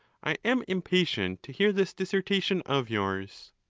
i am impatient to hear this dissertation of yours,